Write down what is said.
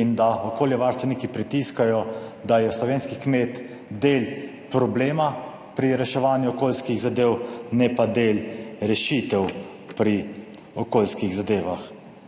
in da okoljevarstveniki pritiskajo, da je slovenski kmet del problema pri reševanju okoljskih zadev, ne pa del rešitev pri okoljskih zadevah.